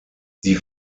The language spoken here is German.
die